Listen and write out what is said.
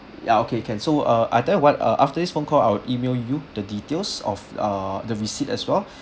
ya okay can so uh I tell you what uh after this phone call I will email you the details of ah the visit as well